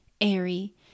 airy